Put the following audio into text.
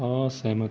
ਅਸਹਿਮਤ